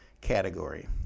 category